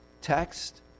text